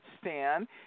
Stan